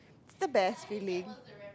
the best feeling